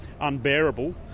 unbearable